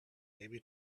maybe